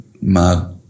mad